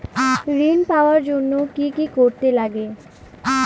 ঋণ পাওয়ার জন্য কি কি করতে লাগে?